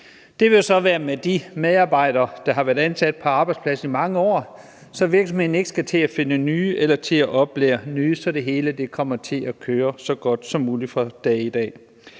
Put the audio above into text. Det vil jo så være med de medarbejdere, der har været ansat på arbejdspladsen i mange år, så virksomhederne ikke skal til at finde nye eller til at oplære nye, og så det hele kommer til at køre så godt som muligt fra dag et.